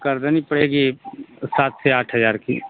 करधनी पड़ेगी सात से आठ हजार की